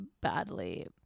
badly